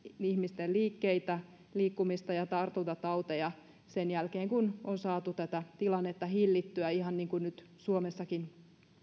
ihmisten liikkeitä liikkumista ja tartuntatauteja sen jälkeen kun on saatu tätä tilannetta hillittyä ihan niin kuin nyt suomessakin